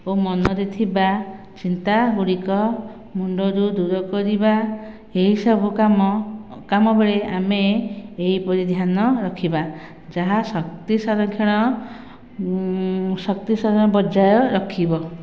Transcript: ଓ ମନରେ ଥିବା ଚିନ୍ତା ଗୁଡ଼ିକ ମୁଣ୍ଡରୁ ଦୂର କରିବା ଏହି ସବୁ କାମ କାମ ବେଳେ ଆମେ ଏହିପରି ଧ୍ୟାନ ରଖିବା ଯାହା ଶକ୍ତି ସଂରକ୍ଷଣ ଶକ୍ତି ସାମ ବଜାୟ ରଖିବ